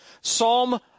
Psalm